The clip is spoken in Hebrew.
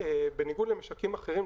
בניגוד למשקים אחרים,